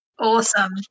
Awesome